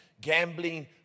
gambling